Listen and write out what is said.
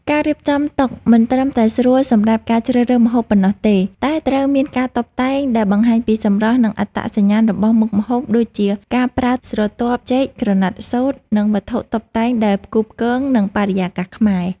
ការរៀបចំតុមិនត្រឹមតែស្រួលសម្រាប់ការជ្រើសរើសម្ហូបប៉ុណ្ណោះទេ តែត្រូវមានការតុបតែងដែល បង្ហាញពីសម្រស់ និងអត្តសញ្ញាណរបស់មុខម្ហូប ដូចជាការប្រើស្រទាប់ចេក ក្រណាត់សូត្រ និងវត្ថុតុបតែងដែលផ្គូផ្គងនឹងបរិយាកាសខ្មែរ។